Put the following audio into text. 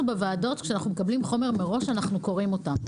אנחנו בוועדות כשאנחנו מקבלים חומר מראש אנחנו קוראים אותו,